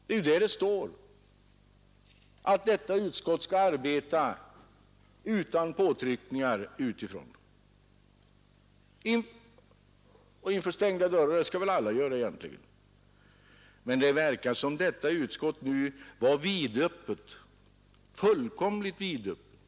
Där står det ju att detta utskott skall arbeta utan påtryckningar utifrån och inom stängda dörrar — men det skall väl alla göra egentligen. Det verkar som om detta utskott nu var vidöppet, fullkomligt vidöppet.